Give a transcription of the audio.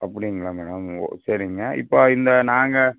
அப்படிங்களா மேடம் சரிங்க இப்போ இந்த நாங்கள்